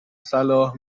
صلاح